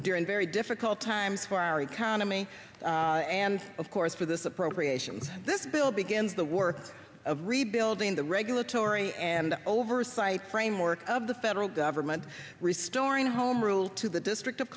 during very difficult times for our economy and of course for this appropriations this bill begins the work of rebuilding the regulatory and oversight framework of the federal government restoring home rule to the district of